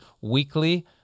weekly